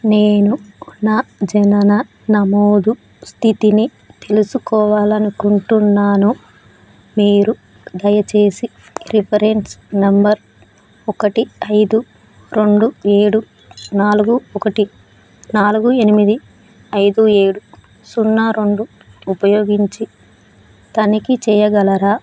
నేను నా జనన నమోదు స్థితిని తెలుసుకోవాలనుకుంటున్నాను మీరు దయచేసి రిఫరెన్స్ నంబర్ ఒకటి ఐదు రెండు ఏడు నాలుగు ఒకటి నాలుగు ఎనిమిది ఐదు ఏడు సున్నా రెండు ఉపయోగించి తనిఖీ చేయగలరా